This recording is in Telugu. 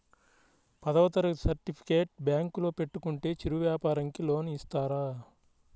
పదవ తరగతి సర్టిఫికేట్ బ్యాంకులో పెట్టుకుంటే చిరు వ్యాపారంకి లోన్ ఇస్తారా?